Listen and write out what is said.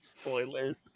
Spoilers